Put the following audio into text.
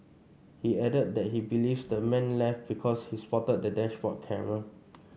he added that he believes the man left because he spotted the dashboard camera